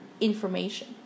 information